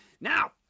Now